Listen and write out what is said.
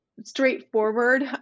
straightforward